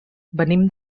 venim